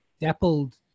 dappled